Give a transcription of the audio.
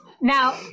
Now